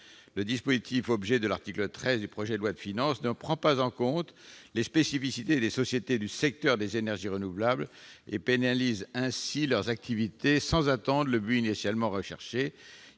Le dispositif qui fait l'objet de l'article 13 ne prend pas en compte les spécificités des sociétés du secteur des énergies renouvelables et pénalise ainsi leurs activités, sans atteindre le but initialement recherché.